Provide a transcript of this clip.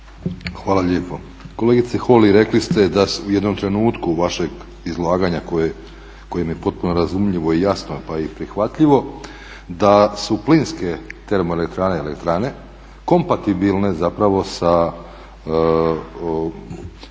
Hvala lijepo. Kolegice Holy rekli ste u jednom trenutku vašeg izlaganja koje mi je potpuno razumljivo i jasno pa i prihvatljivo da su plinske termoelektrane i elektrane kompatibilne zapravo sa obnovljivim